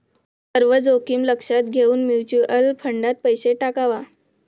सर्व जोखीम लक्षात घेऊन म्युच्युअल फंडात पैसा टाकावा